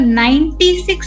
96